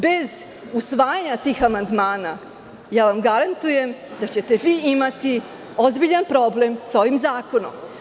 Bez usvajanja tih amandmana, garantujem vam da ćete imati ozbiljan problem sa ovim zakonom.